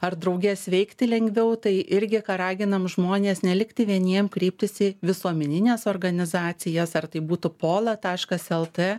ar drauge sveikti lengviau tai irgi ką raginam žmones nelikti vieniem kreiptis į visuomenines organizacijas ar tai būtų pola taškas lt